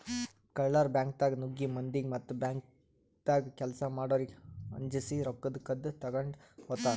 ಕಳ್ಳರ್ ಬ್ಯಾಂಕ್ದಾಗ್ ನುಗ್ಗಿ ಮಂದಿಗ್ ಮತ್ತ್ ಬ್ಯಾಂಕ್ದಾಗ್ ಕೆಲ್ಸ್ ಮಾಡೋರಿಗ್ ಅಂಜಸಿ ರೊಕ್ಕ ಕದ್ದ್ ತಗೊಂಡ್ ಹೋತರ್